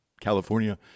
California